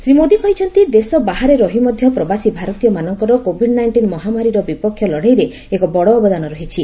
ଶ୍ରୀ ମୋଦୀ କହିଛନ୍ତି ଦେଶ ବାହାରେ ରହି ମଧ୍ୟ ପ୍ରବାସୀ ଭାରତୀୟମାନଙ୍କର କୋଭିଡ୍ ନାଇଷ୍ଟିନ୍ ମହାମାରୀ ବିପକ୍ଷ ଲଢ଼େଇରେ ଏକ ବଡ଼ ଅବଦାନ ରହିଛି